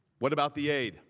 what about the aid?